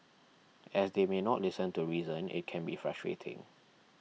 as they may not listen to reason it can be frustrating